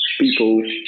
people